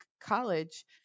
college